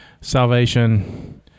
Salvation